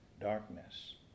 darkness